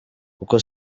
kuko